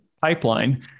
pipeline